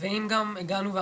אם גם הגענו,